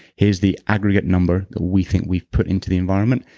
here's the aggregate number that we think we've put into the environment.